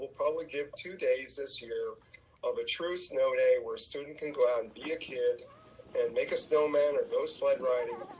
probably give two days this year of a true snow day where students can go out and be a kid and make a snowman or go sled riding.